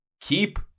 keep